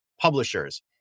publishers